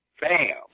bam